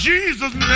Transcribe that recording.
Jesus